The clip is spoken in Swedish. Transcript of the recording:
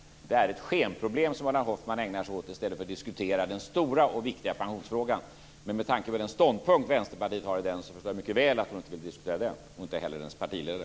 Det är ett skenproblem som Ulla Hoffmann ägnar sig åt i stället för att diskutera den stora och viktiga pensionsfrågan. Men med tanke på den ståndpunkt Vänsterpartiet intar i den frågan förstår jag mycket väl att hon inte vill diskutera den - och inte heller hennes partiledare.